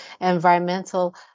environmental